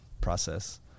process